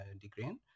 degree